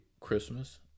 Christmas